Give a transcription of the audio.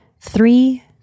Three